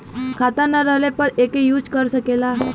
खाता ना रहले पर एके यूज कर सकेला